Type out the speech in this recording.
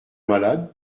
malade